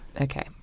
Okay